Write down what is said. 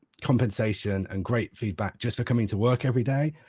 compensation, and great feedback just for coming to work every day,